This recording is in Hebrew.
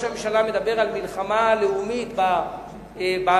הממשלה מדבר על מלחמה לאומית באלכוהול,